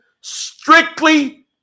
strictly